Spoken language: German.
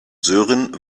sören